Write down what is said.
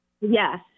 Yes